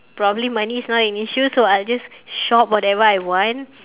probably money is not an issue so I'll just shop whatever I want